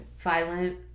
Violent